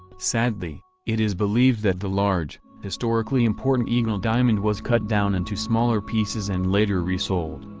sadly, it is believed that the large, historically important eagle diamond was cut down into smaller pieces and later resold.